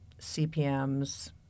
CPMs